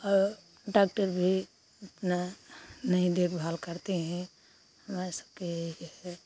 औ डाक्टर भी उतना नहीं देखभाल करते हें हमारे सबका यह है